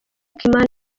kimani